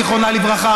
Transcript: זיכרונה לברכה,